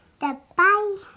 Goodbye